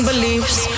Beliefs